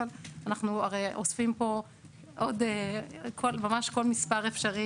אבל הרי אנחנו אוספים פה ממש כל מספר אפשרי